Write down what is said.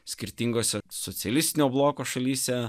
skirtingose socialistinio bloko šalyse